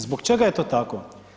Zbog čega je to tako?